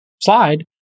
slide